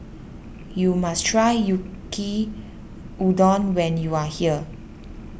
you must try Yaki Udon when you are here